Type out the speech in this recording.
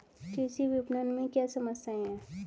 कृषि विपणन में क्या समस्याएँ हैं?